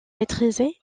maîtrisée